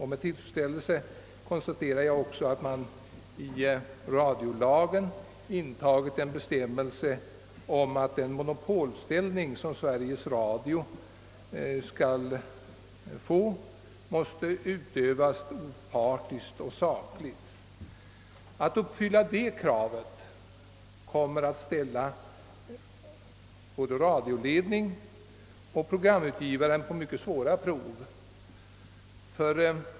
Med tillfredsställelse konstaterar jag också, att i radiolagen intagits en bestämmelse om att den monopolställning som Sveriges Radio skulle erhålla måste utövas opartiskt och sakligt. Att uppfylla detta krav kommer att ställa både radioledning och programutgivare på mycket svåra prov.